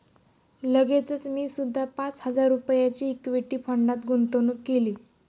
लगेचच मी सुद्धा पाच हजार रुपयांची इक्विटी फंडात गुंतवणूक केली